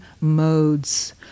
modes